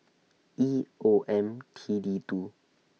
E O M T D two